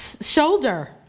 shoulder